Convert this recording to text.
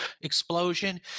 explosion